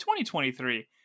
2023